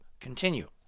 continue